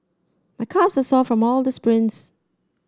my calves are sore from all the sprints